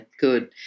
good